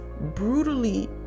brutally